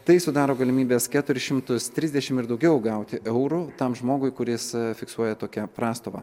tai sudaro galimybes keturis šimtus trisdešim ir daugiau gauti eurų tam žmogui kuris fiksuoja tokią prastovą